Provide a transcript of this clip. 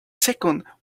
second